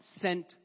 sent